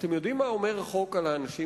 אתם יודעים מה אומר החוק על האנשים